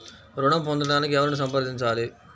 ఋణం పొందటానికి ఎవరిని సంప్రదించాలి?